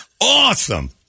Awesome